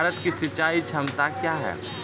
भारत की सिंचाई क्षमता क्या हैं?